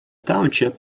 township